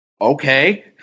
Okay